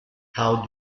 how